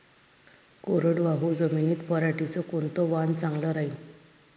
कोरडवाहू जमीनीत पऱ्हाटीचं कोनतं वान चांगलं रायीन?